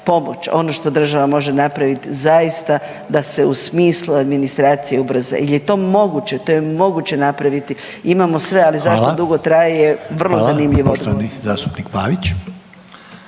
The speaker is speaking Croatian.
ono što država može napravit zaista da se u smislu administracije ubrza, jel je to moguće, to je moguće napraviti. Imamo sve, ali zašto dugo traje, vrlo zanimljiv odgovor.